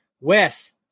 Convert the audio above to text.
Wes